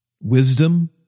Wisdom